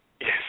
Yes